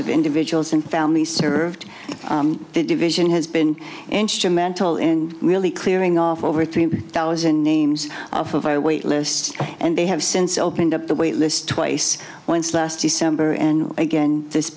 of individuals and families served the division has been instrumental in really clearing off over three thousand names off of our wait lists and they have since opened up the wait list twice once last december and again this